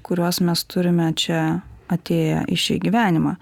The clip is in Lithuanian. kuriuos mes turime čia atėję į šį gyvenimą